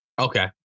Okay